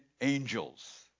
angels